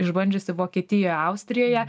išbandžiusi vokietijoje austrijoje